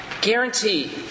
guarantee